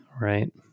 right